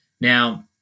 Now